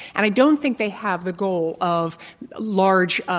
and i don't think they have the goal of large, ah